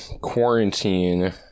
quarantine